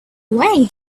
away